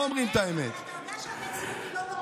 אתה לא מגיע לציפורניים של יואב סגלוביץ'.